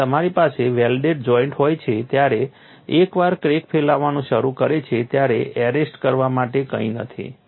જ્યારે તમારી પાસે વેલ્ડેડ જોઇન્ટ હોય છે ત્યારે એકવાર ક્રેક ફેલાવાનું શરૂ કરે છે ત્યારે એરેસ્ટ કરવા માટે કંઈ નથી